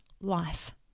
life